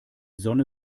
sonne